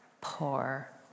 poor